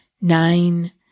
nine